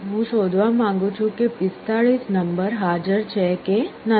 હું શોધવા માંગુ છું કે 45 નંબર હાજર છે કે નથી